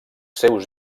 seus